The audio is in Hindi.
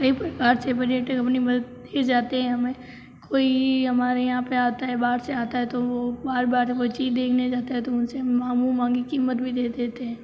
कई प्रकार से पर्यटक मदत के जाते हैं हमें कोई हमारे यहाँ पर आता है बाहर से आता है तो वह बार बार वह चीज़ देखने जाता है तो उनसे हम मुँह मांगी कीमत भी दे देते हैं